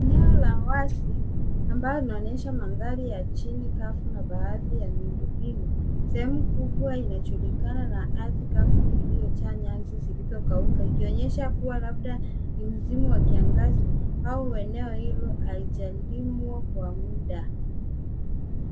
Eneo la wazi na ambayo inaonyesha mandhari ya chini kavu na baadhi ya miundombinu. Sehemu kubwa inajulikana na ardhi kavu iliyojaa nyasi zilizokauka ikionyesha kuwa labda ni msimu wa kiangazi au eneo hilo halijalimwa kwa muda.